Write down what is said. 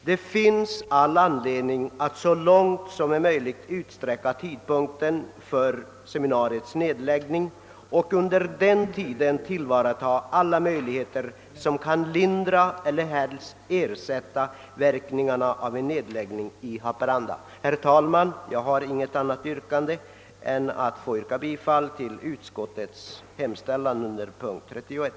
Det finns all anledning att så långt som möjligt framflytta tidpunkten för nedläggningen av seminariet i Haparanda och under mellantiden tillvarata alla möjligheter som kan lindra och helst ersätta verkningarna av en sådan nedläggning. Herr talman! Jag har inget annat yrkande än bifall till utskottets hemstäl Jan under punkten 31.